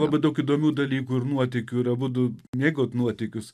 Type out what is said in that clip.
labai daug įdomių dalykų ir nuotykių ir abudu mėgot nuotykius